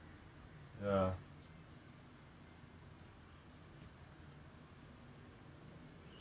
ya like you you some a lot of singaporeans right they live in H_D_B is that they don't even know their neighbours